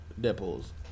Deadpool's